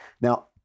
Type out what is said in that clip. Now